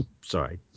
Sorry